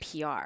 PR